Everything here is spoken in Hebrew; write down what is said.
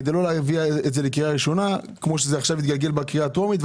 כדי לא להביא את זה לקריאה הראשונה כפי שזה התגלגל בקריאה הטרומית,